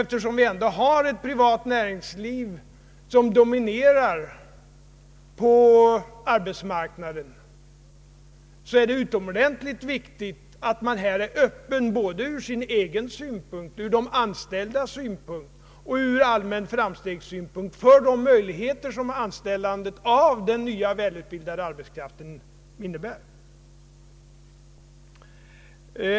Eftersom vi ändå har ett privat näringsliv som dominerar på arbetsmarknaden, är det utomordentligt viktigt att man här är öppen både från egen synpunkt, från de anställdas synpunkt och från allmän framstegssynpunkt för de möjligheter som anställandet av den nya välutbildade arbetskraften innebär.